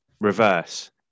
reverse